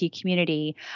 community